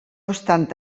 obstant